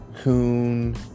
Coon